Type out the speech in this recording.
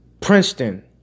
Princeton